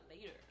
later